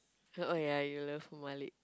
oh ya you love Malik